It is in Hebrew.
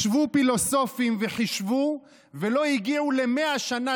ישבו פילוסופים וחישבו ולא הגיעו ל-100 שנה